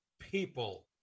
people